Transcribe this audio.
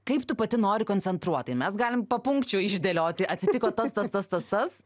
kaip tu pati nori koncentruotai mes galim papunkčiui išdėlioti atsitiko tas tas tas tas tas